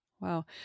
Wow